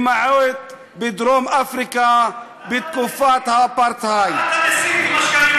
למעט בדרום-אפריקה, בתקופת האפרטהייד.